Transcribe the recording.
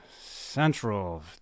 Central